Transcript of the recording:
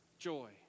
joy